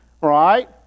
right